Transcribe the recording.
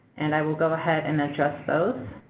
and i will go ahead and address those.